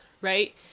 Right